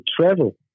travel